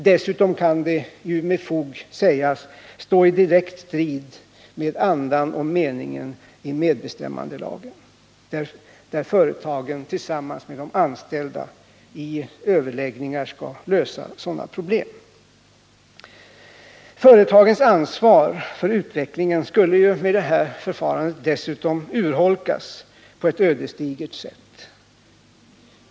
Dessutom kan detta med fog sägas stå i direkt strid med andan och meningen i medbestämmandelagen, enligt vilken företagen tillsammans med de anställ da i överläggningar skall lösa sådana problem. Vidare skulle företagens ansvar för utvecklingen urholkas på ett ödesdigert sätt.